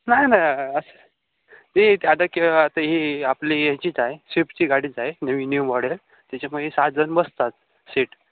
नाही नाही अशी ते एक आता ही आपली ह्याचीच आहे स्वीप्टची गाडीच आहे नवीन न्यू मॉडेल त्याच्यामुळे सहाजण बसतात सीट